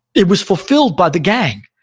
it was fulfilled by the gang.